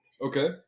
Okay